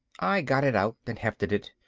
i got it out and hefted it.